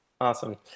Awesome